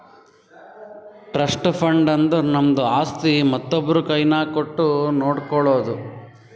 trust fund ಅಂದುರ್ ನಮ್ದು ಆಸ್ತಿ ಮತ್ತೊಬ್ರು ಕೈನಾಗ್ ಕೊಟ್ಟು ನೋಡ್ಕೊಳೋದು